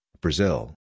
Brazil